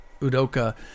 Udoka